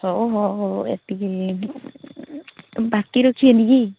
ହୋଉ ହୋଉ ହଉ ଏତିକି ବାକି ରଖିବେନିକି